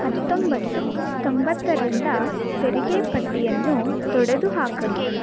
ಹತ್ತೊಂಬತ್ತು ತೊಂಬತ್ತರಿಂದ ತೆರಿಗೆ ಪಟ್ಟಿಯನ್ನು ತೊಡೆದುಹಾಕಲು